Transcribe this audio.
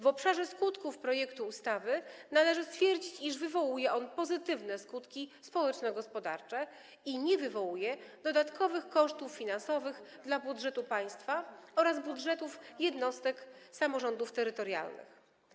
W obszarze skutków projektu ustawy należy stwierdzić, iż wywołuje on pozytywne skutki społeczno-gospodarcze i nie wywołuje dodatkowych kosztów finansowych dla budżetu państwa oraz budżetów jednostek samorządów terytorialnych.